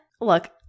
look-